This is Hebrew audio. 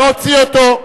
להוציא אותו.